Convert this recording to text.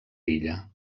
illa